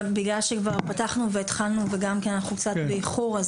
בגלל שכבר פתחנו והתחלנו וגם כי אנחנו קצת באיחור,